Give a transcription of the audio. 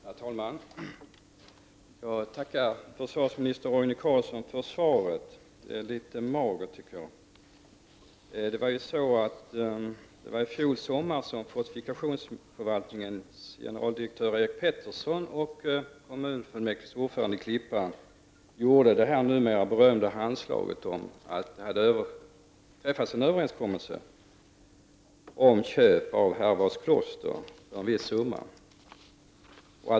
Herr talman! Jag tackar försvarsminister Roine Carlsson för svaret, som enligt min mening är litet magert. Det var i fjol sommar som fortifikationsförvaltningens generaldirektör Eric Pettersson och kommunfullmäktiges ordförande i Klippan gjorde detta numera berömda handslag om att det hade träffats en överenskommelse om köp av Herrevadskloster för en viss summa.